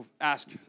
ask